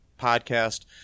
podcast